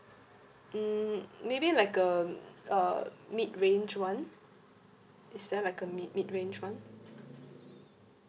um maybe like um uh mid range one is there like a mi~ mid range one